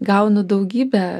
gaunu daugybę